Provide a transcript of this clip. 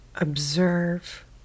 Observe